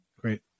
Great